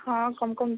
ହଁ କମ୍ କମ୍